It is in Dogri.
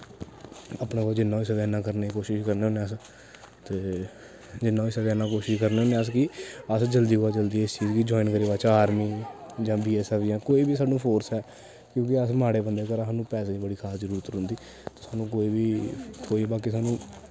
अपने कोला जिन्ना होई सकै इन्ना करने दी कोशिश करने होन्ने अस ते जिन्ना होई सकै उन्ना कोशश करने होन्ने अस कि अस जल्दी कोला जल्दी इस चीज गी जवाइन करी पाचै आर्मी जां बी ऐस ऐफ जां कोई बी सानूं फोर्स ऐ क्योंकि अस माड़े बंदे घरा दे सानूं पैसे दी बड़ा जादा जरूरत रौंह्दी सानूं कोई बी बाकी सानूं